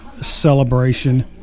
celebration